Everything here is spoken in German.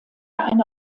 eine